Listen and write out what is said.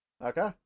Okay